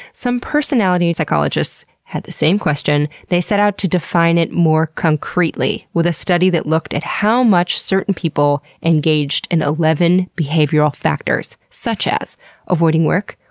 some personality psychologists had the same question. they set out to define it more concretely with a study that looked at how much certain people engaged in eleven behavioral factors, such as avoiding work,